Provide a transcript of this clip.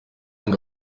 ngo